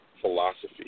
Philosophy